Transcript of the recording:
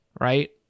right